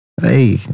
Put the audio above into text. Hey